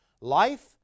Life